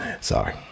Sorry